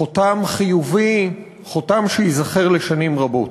חותם חיובי, חותם שייזכר לשנים רבות.